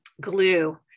glue